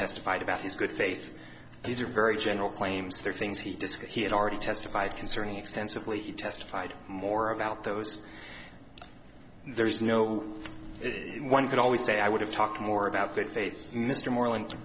testified about his good faith these are very general claims there are things he disc he had already testified concerning extensively he testified more about those there is no one could always say i would have talked more about good faith mr moreland